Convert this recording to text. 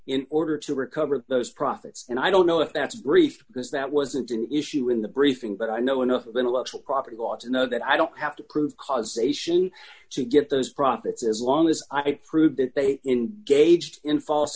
in order to recover those profits and i don't know if that's brief because that wasn't an issue in the briefing but i know enough of intellectual property law to know that i don't have to prove causation to get those profits as long as i prove that they in gauged in false